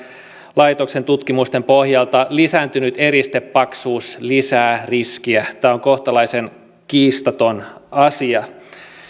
laitoksen tutkimusten mukaan lisääntynyt eristepaksuus lisää riskiä tämä on kohtalaisen kiistaton asia